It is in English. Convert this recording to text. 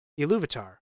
Iluvatar